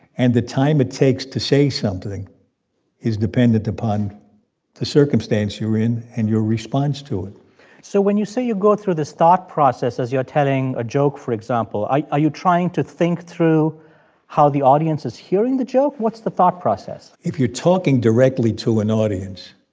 and the time it takes to say something is dependent upon the circumstance you're in and your response to it so when you say you go through this thought process, as you're telling a joke for example, are you trying to think through how the audience is hearing the joke? what's the thought process? if you're talking directly to an audience,